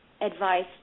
advice